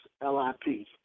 L-I-P